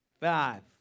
Five